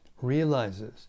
realizes